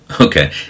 Okay